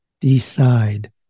Decide